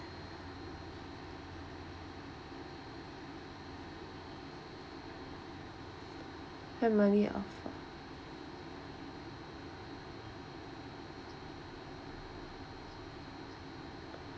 family of